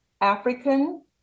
African